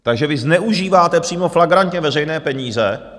Takže vy zneužíváte přímo flagrantně veřejné peníze.